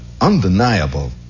undeniable